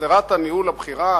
שדרת הניהול הבכירה,